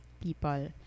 people